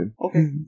Okay